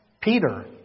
Peter